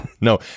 No